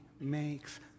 makes